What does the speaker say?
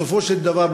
ובסופו של דבר,